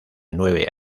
nueve